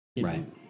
Right